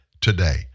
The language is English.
today